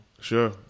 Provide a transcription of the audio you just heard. Sure